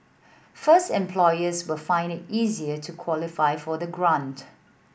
first employers will find it easier to qualify for the grant